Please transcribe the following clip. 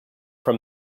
from